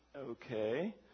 Okay